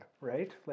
right